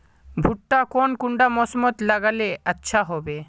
भुट्टा कौन कुंडा मोसमोत लगले अच्छा होबे?